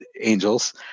angels